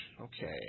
Okay